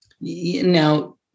Now